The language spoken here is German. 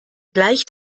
gleich